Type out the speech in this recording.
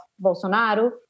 Bolsonaro